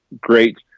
Great